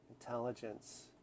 intelligence